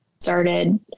started